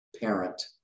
parent